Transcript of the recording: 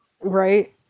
right